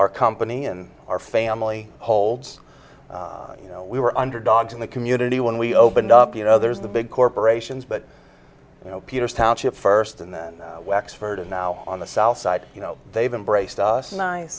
our company and our family holds you know we were underdogs in the community when we opened up you know there's the big corporations but you know peters township first and then wexford and now on the south side you know they've embraced us